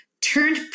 turned